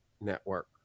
Network